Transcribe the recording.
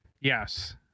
Yes